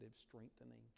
strengthening